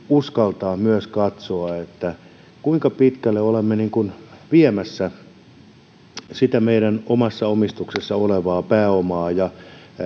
uskaltaa katsoa eli se kuinka pitkälle olemme viemässä meidän omassa omistuksessamme olevaa pääomaa ja